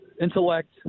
intellect